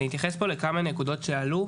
אני אתייחס לכמה נקודות שעלו.